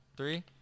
Three